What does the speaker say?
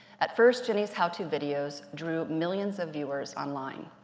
at first, jenny's how to videos drew millions of viewers online.